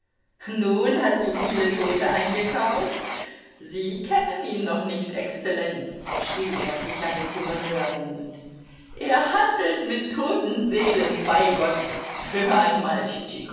nun hast du viel tote eingekauft sie kennen ihn noch nicht exzellenz schrie er sich an den gouverneur wendend er handelt mit toten seelen bei gott hör einmal